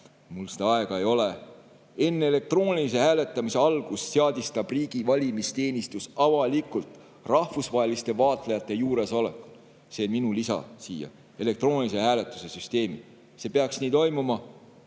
mul seda aega ei ole. Enne elektroonilise hääletamise algust seadistab riigi valimisteenistus avalikult rahvusvaheliste vaatlejate juuresolekul – see on minu lisand siia – elektroonilise hääletuse süsteemi. See peaks nii toimuma,